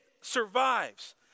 survives